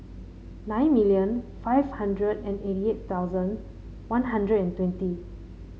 nine million five hundred and eighty eight thousand One Hundred and twenty